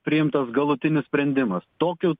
priimtas galutinis sprendimas tokiu